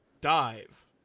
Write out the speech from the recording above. dive